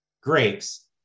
grapes